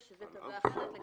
שזה טבלה אחרת.